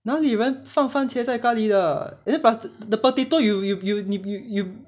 哪里有人放番茄在咖喱的 then 把 the potato then you you you you you